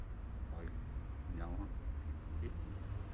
ᱦᱚᱭ ᱵᱚᱱ ᱧᱟᱢᱟ ᱵᱮᱥᱤ ᱵᱮᱥᱤ